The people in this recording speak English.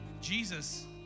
Jesus